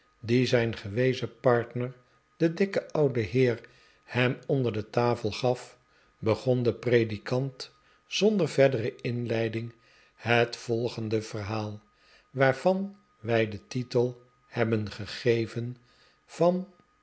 die zijn gewezen partner de dikke oude heer hem onder de tafel gaf begon de predikant zonder verdere inleiding het volgende verhaal waaraan wij den titel hebben gegeven van